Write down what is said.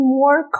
more